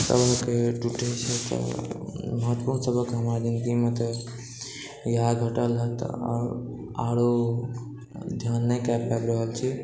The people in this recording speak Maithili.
सभक टुटै छै तऽ महत्वपूर्ण सबक हमरा जिन्दगीमे तऽ इएह घटल हँ तऽ आरो ध्यान नहि कए पाबि रहल छी